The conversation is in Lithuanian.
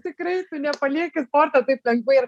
tikrai tu nepalieki sporto taip lengvai ir